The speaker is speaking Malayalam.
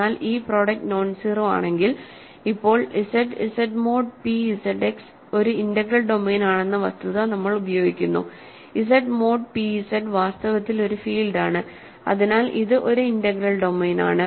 എന്നാൽ ഈ പ്രോഡക്ട് നോൺസീറോ ആണെങ്കിൽ ഇപ്പോൾ Z Z mod p ZX ഒരു ഇന്റഗ്രൽ ഡൊമെയ്നാണെന്ന വസ്തുത നമ്മൾ ഉപയോഗിക്കുന്നു Z മോഡ് p Z വാസ്തവത്തിൽ ഒരു ഫീൽഡാണ് അതിനാൽ ഇത് ഒരു ഇന്റഗ്രൽ ഡൊമെയ്നാണ്